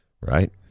right